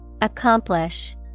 Accomplish